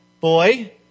boy